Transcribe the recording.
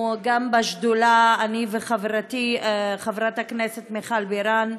בשדולות, אני וחברתי חברת הכנסת מיכל בירן,